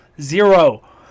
zero